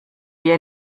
wir